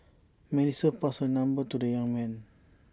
Melissa passed her number to the young man